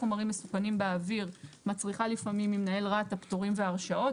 חומרים מסוכנים באוויר מצריכה לפעמים מנהל רת"א פטורים והרשאות.